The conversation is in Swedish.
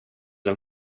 den